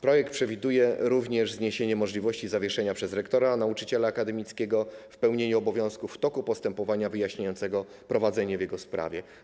Projekt przewiduje również zniesienie możliwości zawieszenia przez rektora nauczyciela akademickiego w pełnieniu obowiązków w toku postępowania wyjaśniającego prowadzonego w jego sprawie.